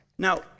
Now